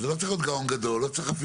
לא צריך להיות גאון גדול,